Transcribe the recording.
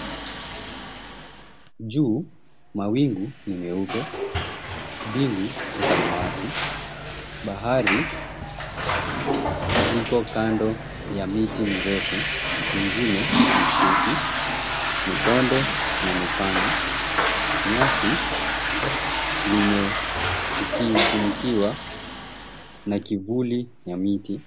Juu mawingu ni meupe, mbingu ni samawati. Bahari liko kando ya miti mirefu, ingine mifupi, mikonde na mipana. Nyasi limeukifunikiwa na kivuli ya miti.